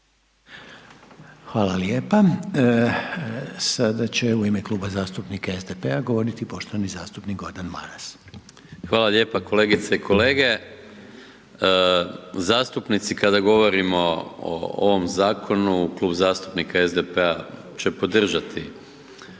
Hvala lijepo. Sada će u ime Kluba zastupnika SDP-a govoriti poštovani zastupnik Gordan Maras. **Maras, Gordan (SDP)** Hvala lijepo kolegice i kolege. Zastupnici, kada govorimo o ovom zakonu, Klub zastupnika SDP-a će podržati